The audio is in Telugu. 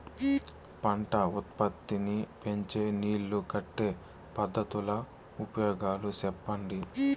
పంట ఉత్పత్తి నీ పెంచే నీళ్లు కట్టే పద్ధతుల ఉపయోగాలు చెప్పండి?